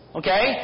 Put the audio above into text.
okay